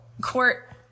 court